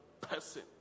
person